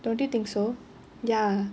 don't you think so ya